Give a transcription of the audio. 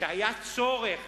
שהיה צורך,